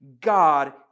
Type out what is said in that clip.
God